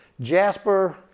Jasper